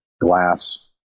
glass